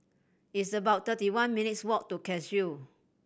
it's about thirty one minutes' walk to Cashew